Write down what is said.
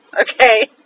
okay